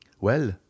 Well